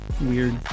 weird